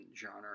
genre